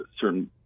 certain